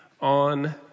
on